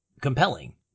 compelling